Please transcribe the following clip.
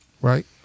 Right